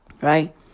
right